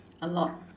a lot